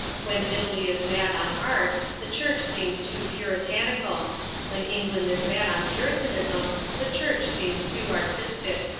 when italy is mad on art the church seems too puritanical when england is mad on puritanism the church seems too artistic.